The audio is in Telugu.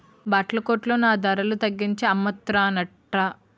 బట్టల కొట్లో నా ధరల తగ్గించి అమ్మతన్రట